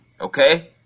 Okay